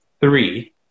three